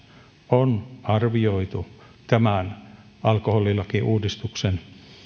on arvioitu tämän alkoholilakiuudistuksen